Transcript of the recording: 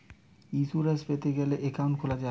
insurance পেতে গ্যালে account খুলা যায়